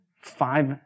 five